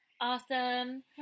Awesome